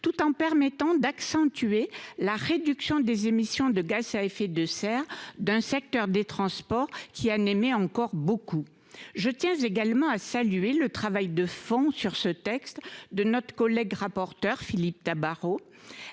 tout en permettant d'accentuer la réduction des émissions de gaz à effet de serre d'un secteur des transports, qui en aimait encore beaucoup. Je tiens également à saluer le travail de fond sur ce texte de notre collègue rapporteur, Philippe Tabar,